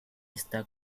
está